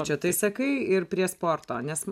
čia tai sakai ir prie sporto nes